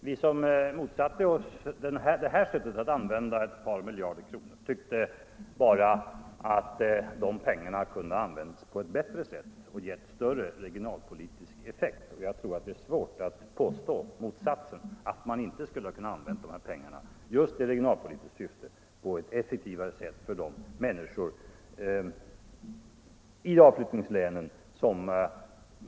Vi som motsatte oss derra sätt att m.m. använda ett par miljarder kronor tyckte att de pengarna kunde användas på ett bättre sätt och med större regionalpolitisk effekt på andra områden. .Jag tror det är svårt att nu påstå motsatsen.